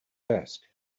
desk